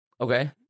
Okay